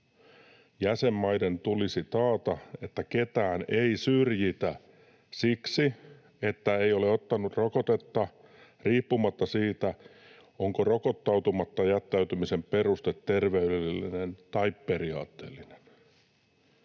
Jäsenmaiden tulisi taata, että ketään ei syrjitä siksi, että ei ole ottanut rokotetta, riippumatta siitä, onko rokottautumatta jättäytymisen peruste terveydellinen tai periaatteellinen.